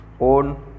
own